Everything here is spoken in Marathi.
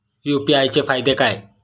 यु.पी.आय चे फायदे काय?